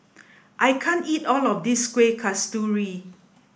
I can't eat all of this Kuih Kasturi